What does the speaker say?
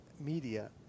Media